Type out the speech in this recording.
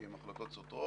עם החלטות סותרות,